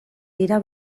dira